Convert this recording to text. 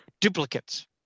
duplicates